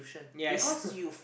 yes